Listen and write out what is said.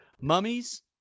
Mummies